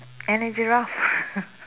and a giraffe